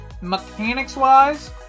mechanics-wise